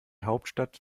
hauptstadt